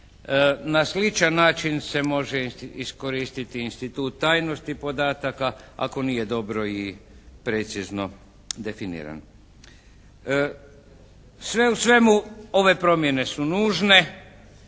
Na sličan način se može iskoristiti institut tajnosti podataka, ako nije dobro i precizno definiran. Sve u svemu ove promjene su nužne,